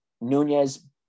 Nunez